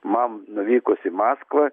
man nuvykus į maskvą